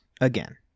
Again